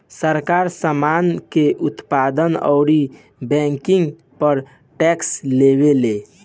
सरकार, सामान के उत्पादन अउरी बिक्री पर टैक्स लेवेले